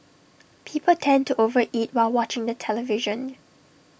people tend to over eat while watching the television